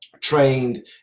trained